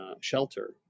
shelter